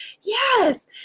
yes